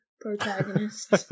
protagonist